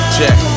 Check